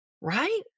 right